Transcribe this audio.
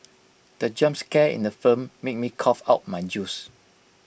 the jump scare in the film made me cough out my juice